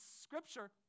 Scripture